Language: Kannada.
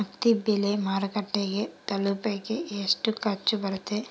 ಹತ್ತಿ ಬೆಳೆ ಮಾರುಕಟ್ಟೆಗೆ ತಲುಪಕೆ ಎಷ್ಟು ಖರ್ಚು ಬರುತ್ತೆ?